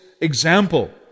example